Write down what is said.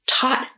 taught